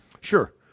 Sure